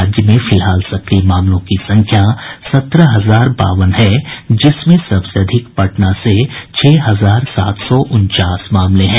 राज्य में फिलहाल सक्रिय मामलों की संख्या सत्रह हजार बावन है जिसमें सबसे अधिक पटना से छह हजार सात सौ उनचास मामले हैं